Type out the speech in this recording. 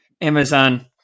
Amazon